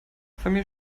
familie